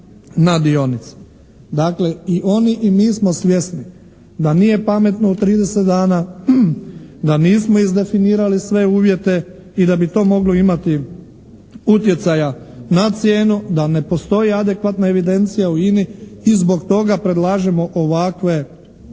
na dionice. Dakle, i oni i mi smo svjesni da nije pametno u 30 dana, da nismo izdefinirali sve uvjete i da bi to moglo imati utjecaja na cijenu, da ne postoji adekvatna evidencija u INA-i i zbog toga predlažemo ovakve odluke.